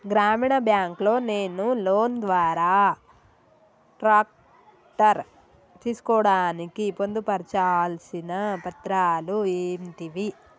గ్రామీణ బ్యాంక్ లో నేను లోన్ ద్వారా ట్రాక్టర్ తీసుకోవడానికి పొందు పర్చాల్సిన పత్రాలు ఏంటివి?